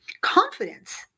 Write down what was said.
Confidence